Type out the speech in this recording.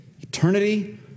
Eternity